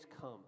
come